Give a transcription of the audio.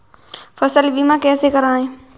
फसल बीमा कैसे कराएँ?